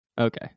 Okay